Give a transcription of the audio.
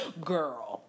Girl